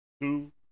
two